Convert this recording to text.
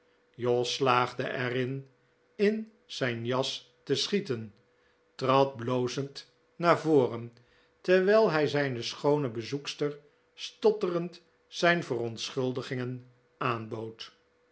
jos slaagde er in in zijn jas te schieten en trad blozend naar voren terwijl hij zijn schoone bezoekster stotterend zijn verontschuldigingen aanbood